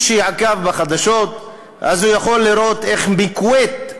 מי שעקב בחדשות, יכול לראות איך כוויית אומרת: